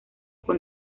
con